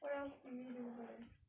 what else did we do over there